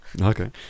Okay